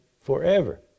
forever